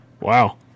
Wow